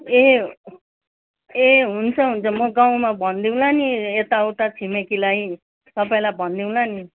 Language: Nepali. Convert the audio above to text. ए ए हुन्छ हुन्छ म गाउँमा भनिदिउँला नि यता उता छिमेकीलाई तपाईँलाई भनिदिउँला नि